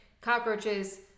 cockroaches